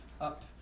up